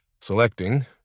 selecting